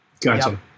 Gotcha